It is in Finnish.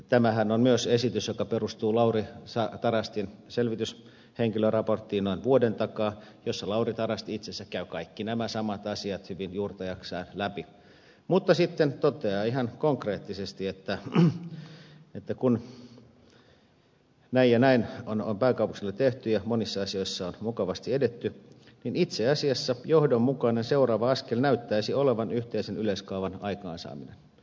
tämähän on myös esitys joka perustuu lauri tarastin selvityshenkilöraporttiin noin vuoden takaa ja raportissa lauri tarasti itse asiassa käy kaikki nämä samat asiat hyvin juurta jaksain läpi mutta sitten toteaa ihan konkreettisesti että kun näin ja näin on pääkaupunkiseudulla tehty ja monissa asioissa on mukavasti edetty niin itse asiassa johdonmukainen seuraava askel näyttäisi olevan yhteisen yleiskaavan aikaansaaminen